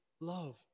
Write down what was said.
love